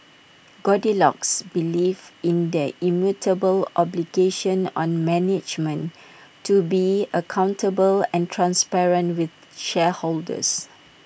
goldilocks believes in the immutable obligation on management to be accountable and transparent with shareholders